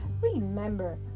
remember